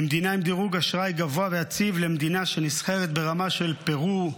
ממדינה עם דירוג אשראי גבוה ויציב למדינה שנסחרת ברמה של פרו,